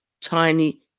tiny